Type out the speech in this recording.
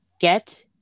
get